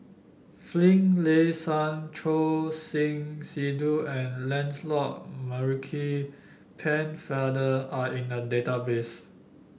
Finlayson Choor Singh Sidhu and Lancelot Maurice Pennefather are in the database